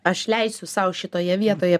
aš leisiu sau šitoje vietoje